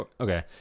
Okay